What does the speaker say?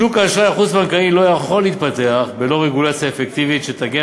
שוק האשראי החוץ-בנקאי לא יכול להתפתח בלא רגולציה אפקטיבית שתגן,